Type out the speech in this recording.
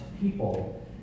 people